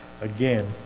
Again